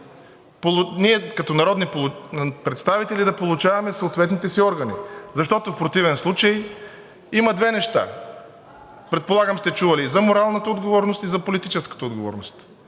ние като народни представители да получаваме съответните си отговори. Защото в противен случай има две неща: предполагам сте чували и за моралната отговорност, и за политическата отговорност.